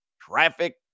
traffic